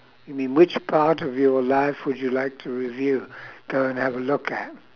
you mean which part of your life would you like to review go and have a look at